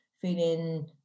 feeling